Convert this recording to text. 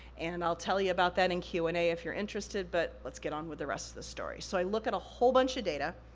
and i'll tell you about that in q and a if you're interested, but let's get on with the rest of the story. so, i look at a whole bunch of data,